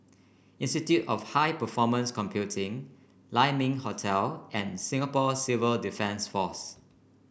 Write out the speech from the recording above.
Institute of High Performance Computing Lai Ming Hotel and Singapore Civil Defence Force